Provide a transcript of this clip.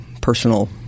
personal